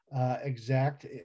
Exact